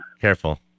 Careful